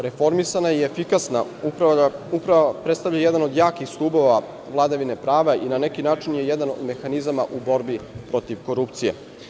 Reformisana i efikasna uprava predstavlja jedan od jakih stubova vladavine prava i na neki način je jedan od mehanizama u borbi protiv korupcije.